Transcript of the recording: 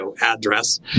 address